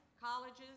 colleges